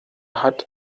hat